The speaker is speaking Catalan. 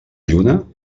lluna